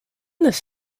this